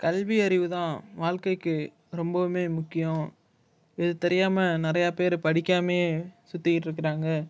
கல்வியறிவு தான் வாழ்க்கைக்கு ரொம்பவுமே முக்கியம் இது தெரியாமல் நிறையா பேர் படிக்காமையே சுற்றிக்கிட்டு இருக்குறாங்க